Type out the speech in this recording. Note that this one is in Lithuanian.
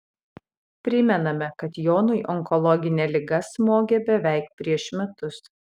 primename kad jonui onkologinė liga smogė beveik prieš metus